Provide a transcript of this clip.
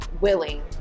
willing